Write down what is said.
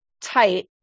tight